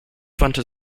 wandte